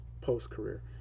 post-career